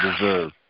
deserve